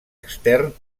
extern